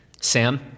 Sam